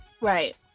Right